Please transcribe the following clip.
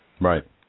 Right